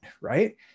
right